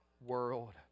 world